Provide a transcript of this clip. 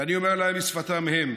ואני אומר להם בשפתם שלהם: